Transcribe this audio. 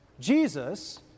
Jesus